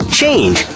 change